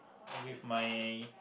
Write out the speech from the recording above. with my